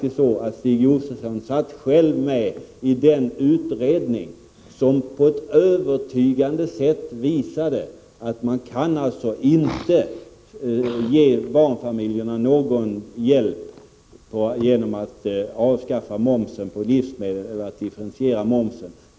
Stig Josefson satt själv med i den utredning som på ett övertygande sätt visade att man inte kan ge barnfamiljerna någon hjälp genom att avskaffa eller differentiera momsen på livsmedel.